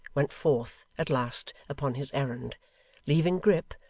went forth, at last, upon his errand leaving grip,